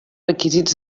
requisits